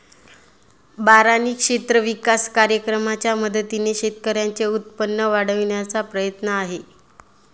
बारानी क्षेत्र विकास कार्यक्रमाच्या मदतीने शेतकऱ्यांचे उत्पन्न वाढविण्याचा प्रयत्न आहे